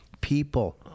People